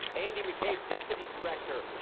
andy mccabe, deputy director,